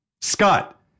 Scott